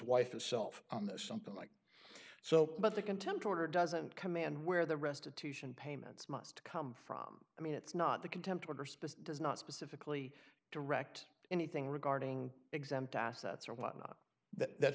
wife itself on this something like so but the contempt order doesn't command where the restitution payments must come from i mean it's not the contempt order space does not specifically direct anything regarding exempt assets or whatnot that